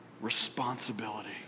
Responsibility